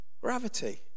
gravity